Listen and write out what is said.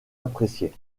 apprécié